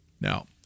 Now